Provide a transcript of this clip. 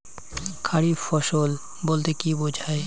খারিফ ফসল বলতে কী বোঝায়?